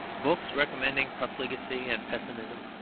books recommending profligacy and pessimism,